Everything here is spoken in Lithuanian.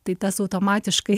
tai tas automatiškai